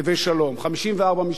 מחציתן יהודיות,